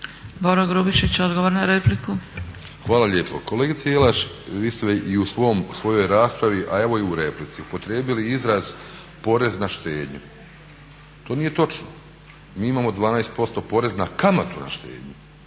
**Grubišić, Boro (HDSSB)** Hvala lijepo. Kolegice Jelaš vi ste i u svojoj raspravi a evo i u replici upotrijebili izraz porez na štednju. To nije točno. Mi imao 12% porez na kamatu na štednju,